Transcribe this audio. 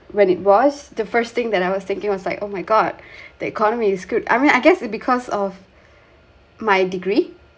when it was the first thing that I was thinking I was like oh my god the economy is good I mean I guess it because of my degree